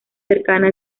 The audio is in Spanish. cercana